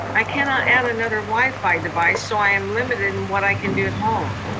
i cannot add another wifi device, so i am limited in what i can do at home.